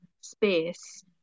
space